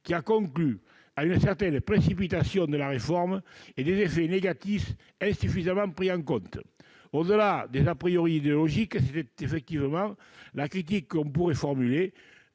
qui a conclu à une certaine précipitation de la réforme et à des effets négatifs insuffisamment pris en compte. Au-delà des idéologiques, c'est effectivement la critique qu'on pourrait formuler